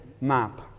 map